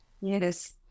Yes